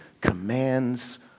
commands